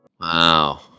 Wow